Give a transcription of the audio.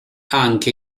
anche